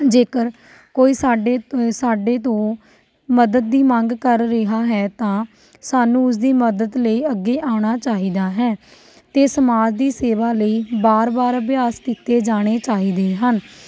ਜੇਕਰ ਕੋਈ ਸਾਡੇ ਸਾਡੇ ਤੋਂ ਮਦਦ ਦੀ ਮੰਗ ਕਰ ਰਿਹਾ ਹੈ ਤਾਂ ਸਾਨੂੰ ਉਸਦੀ ਮਦਦ ਲਈ ਅੱਗੇ ਆਉਣਾ ਚਾਹੀਦਾ ਹੈ ਅਤੇ ਸਮਾਜ ਦੀ ਸੇਵਾ ਲਈ ਵਾਰ ਵਾਰ ਅਭਿਆਸ ਕੀਤੇ ਜਾਣੇ ਚਾਹੀਦੇ ਹਨ